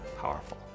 powerful